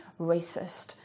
racist